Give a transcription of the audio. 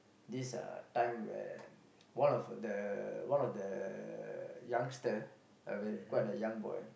this uh time when one of the one of the youngster a ver~ quite a young boy